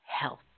health